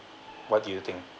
what do you think